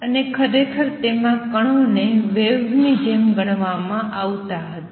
અને ખરેખર તેમાં કણોને વેવ્સ ની જેમ ગણવામાં આવતા હતા